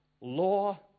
law